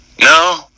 no